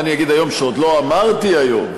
מה אני אגיד היום שעוד לא אמרתי היום,